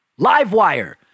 livewire